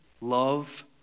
love